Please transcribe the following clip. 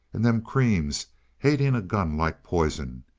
and them creams hating a gun like poison!